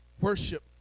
Worship